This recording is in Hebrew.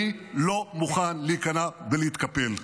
אני לא מוכן להיכנע ולהתקפל.